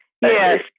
Yes